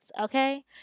okay